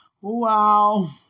wow